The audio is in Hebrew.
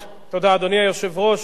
אדוני היושב-ראש,